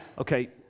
Okay